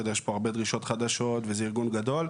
יש פה הרבה דרישות חדשות וזה ארגון גדול.